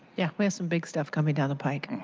yeah we have some big stuff coming down the pike. and